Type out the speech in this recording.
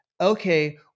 okay